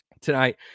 tonight